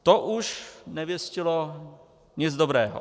To už nevěštilo nic dobrého.